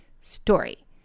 story